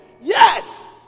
Yes